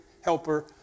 helper